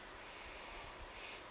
S